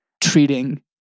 treating